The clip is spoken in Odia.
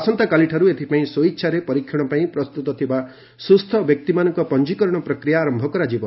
ଆସନ୍ତାକାଲିଠାରୁ ଏଥିପାଇଁ ସ୍ୱଇଚ୍ଛାରେ ପରୀକ୍ଷଣ ପାଇଁ ପ୍ରସ୍ତୁତ ଥିବା ସୁସ୍ଥ ବ୍ୟକ୍ତିମାନଙ୍କର ପଞ୍ଜିକରଣ ପ୍ରକ୍ରିୟା ଆରମ୍ଭ କରାଯିବ